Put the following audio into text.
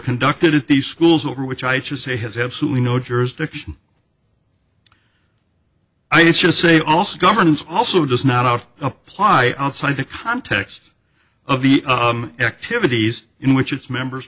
conducted at these schools over which i should say has absolutely no jurisdiction i should say also governance also does not apply outside the context of the activities in which its members